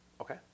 Okay